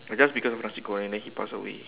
ah just because of nasi goreng then he passed away